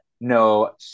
No